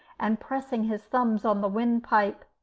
and pressing his thumbs on the wind-pipe.